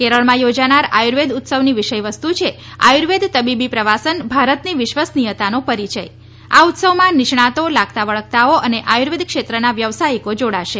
કેરળમાં યોજાનાર આયુર્વેદ ઉત્સવની વિષય વસ્તુ છે આયુર્વેદ તબીબી પ્રવાસન ભારતની વિશ્વસનીયતાનો પરિચય આ ઉત્સવમાં નિષ્ણાતો લાગતા વળગતાઓ અને આયુર્વેદ ક્ષેત્રના વ્યવસાયીકો જોડાશે